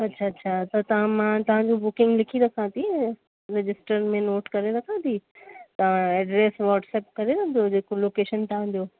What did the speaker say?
अच्छा अच्छा त तां मां तांजो बुकिंग लिखी रखां थी ऐं रजिस्टर में नोट करे रखां थी तव्हां एड्रेस वाट्सअप करे रखिजो जेको लोकेशन तव्हांजो